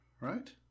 right